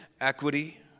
equity